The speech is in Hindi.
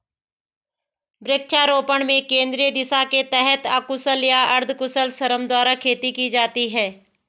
वृक्षारोपण में केंद्रीय दिशा के तहत अकुशल या अर्धकुशल श्रम द्वारा खेती की जाती है